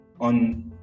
on